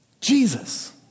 Jesus